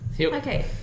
Okay